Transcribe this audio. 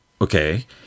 Okay